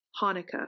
Hanukkah